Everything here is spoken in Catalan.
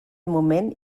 moment